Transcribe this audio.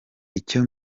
icya